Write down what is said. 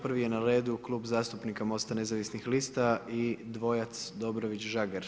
Prvi je na redu Klub zastupnika Mosta nezavisnih lista i dvojac Dobrović, Žagar.